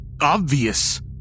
Obvious